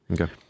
Okay